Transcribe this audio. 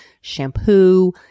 shampoo